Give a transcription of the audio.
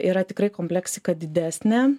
yra tikrai kompleksika didesnė